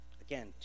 Again